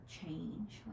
change